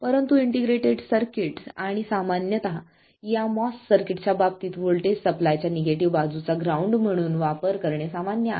परंतु integrated circuit आणि सामान्यत या MOS सर्किट्सच्या बाबतीत व्होल्टेज सप्लाय च्या निगेटिव्ह बाजूचा ग्राउंड म्हणून वापर करणे सामान्य आहे